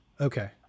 Okay